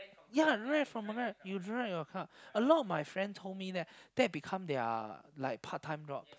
ya rent from the Grab you drive your car a lot of my friend told me that that become their like part time job